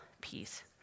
peace